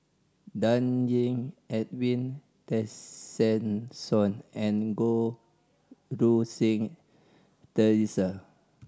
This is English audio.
Dan Ying Edwin Tessensohn and Goh Rui Si Theresa